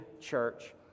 church